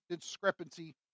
discrepancy